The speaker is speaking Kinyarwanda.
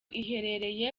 iherereye